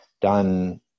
done